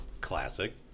Classic